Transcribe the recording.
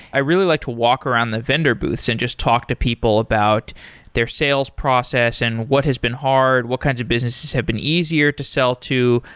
i really like to walk around the vendor booths and just talk to people about their sales process and what has been hard. what kinds of businesses have been easier to sell to?